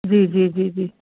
जी जी जी जी